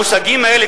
המושגים האלה,